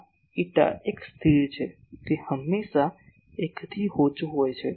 આ એટા એક સ્થિર છે તે હંમેશાં 1 થી ઓછું હોય છે